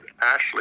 Ashley